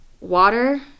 water